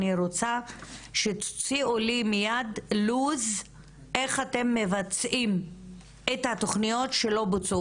אני רוצה שתוציאו לי מיד לו"ז איך אתם מבצעים את התוכניות שלא בוצעו.